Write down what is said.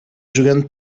jogando